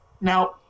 now